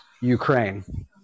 Ukraine